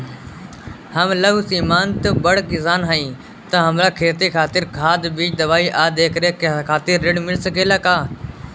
हम लघु सिमांत बड़ किसान हईं त हमरा खेती खातिर खाद बीज दवाई आ देखरेख खातिर ऋण मिल सकेला का?